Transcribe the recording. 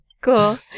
Cool